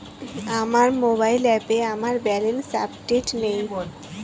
আমার মোবাইল অ্যাপে আমার ব্যালেন্স আপডেটেড নেই